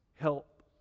help